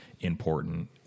important